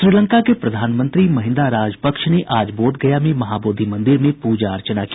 श्रीलंका के प्रधानमंत्री महिन्दा राजपक्ष ने आज बोधगया में महाबोधि मंदिर में प्रजा अर्चना की